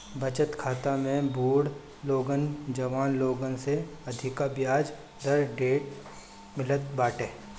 बचत खाता में बुढ़ लोगन जवान लोगन से अधिका बियाज दर ढेर मिलत बाटे